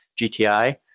GTI